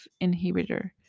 inhibitor